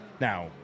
Now